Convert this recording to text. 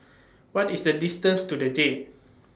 What IS The distance to The Jade